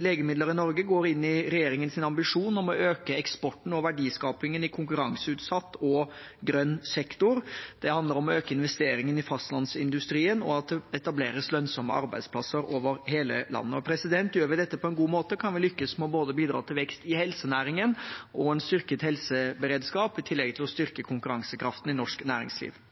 legemidler i Norge går inn i regjeringens ambisjon om å øke eksporten og verdiskapingen i konkurranseutsatt og grønn sektor. Det handler om å øke investeringen i fastlandsindustrien, og at det etableres lønnsomme arbeidsplasser over hele landet. Gjør vi dette på en god måte, kan vi lykkes med å bidra til både vekst i helsenæringen og en styrket helseberedskap, i tillegg til å styrke konkurransekraften i norsk næringsliv.